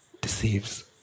deceives